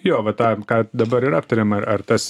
jo va tą ką dabar ir aptarėm ar ar tas